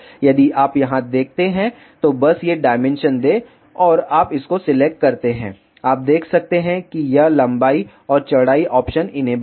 यदि आप यहां देखते हैं तो बस ये डायमेंशन दें और आप इसको सिलेक्ट करते हैं आप देख सकते हैं कि यह लंबाई और चौड़ाई ऑप्शन इनेबल हैं